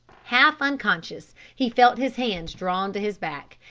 half unconscious he felt his hands drawn to his back,